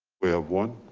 we have one.